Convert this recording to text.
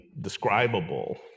describable